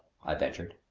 i ventured.